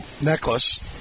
Necklace